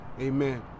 Amen